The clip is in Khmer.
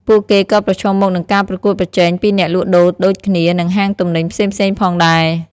ពួកគេក៏ប្រឈមមុខនឹងការប្រកួតប្រជែងពីអ្នកលក់ដូរដូចគ្នា និងហាងទំនិញផ្សេងៗផងដែរ។